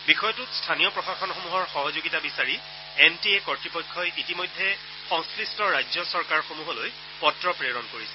বিষয়টোত স্থানীয় প্ৰশাসনসমূহৰ সহযোগিতা বিচাৰি এন টি এ কৰ্তৃপক্ষই ইতিমধ্যে সংশ্লিষ্ট ৰাজ্য চৰকাৰসমূহলৈ পত্ৰ প্ৰেৰণ কৰিছে